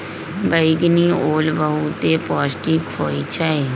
बइगनि ओल बहुते पौष्टिक होइ छइ